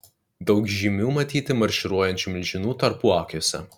daug žymių matyti marširuojančių milžinų tarpuakiuose